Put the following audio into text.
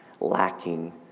lacking